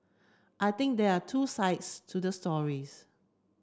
I think there are two sides to the stories